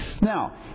Now